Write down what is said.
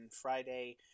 Friday